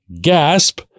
gasp